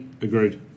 agreed